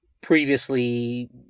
previously